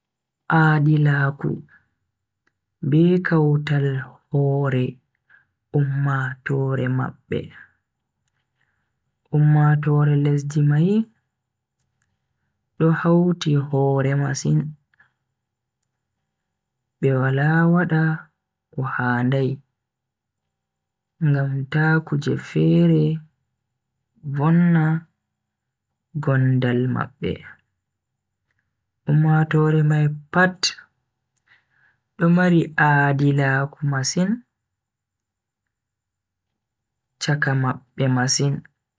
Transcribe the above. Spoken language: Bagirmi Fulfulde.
Aadilaaku, be kautal hore ummatoore mabbe. Ummatoore lesdi mai do hauti hoore masin, be wala wada ko handai ngam ta kuje fere vonna gongal mabbe. Ummatoore mai pat do mari aaadilaaku masin chaka mabbe masin.